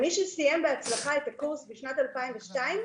מי שסיים בהצלחה את הקורס בשנת 2002?